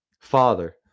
Father